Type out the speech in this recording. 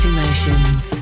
Emotions